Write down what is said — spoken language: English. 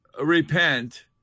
repent